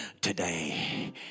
today